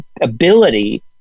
ability